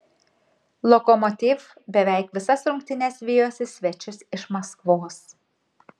lokomotiv beveik visas rungtynes vijosi svečius iš maskvos